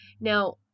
Now